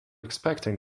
expecting